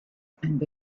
and